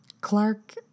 Clark